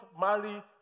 marry